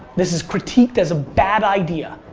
this is critiqued as a bad idea.